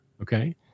Okay